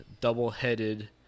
double-headed